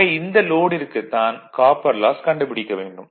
ஆக இந்த லோடிற்குத் தான் காப்பர் லாஸ் கண்டுபிடிக்க வேண்டும்